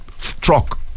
truck